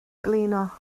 blino